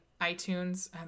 iTunes